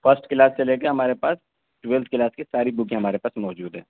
first class سے لے کے ہمارے پاس ٹویلتھ کلاس کی ساری بکیں ہمارے پاس موجود ہیں